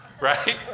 right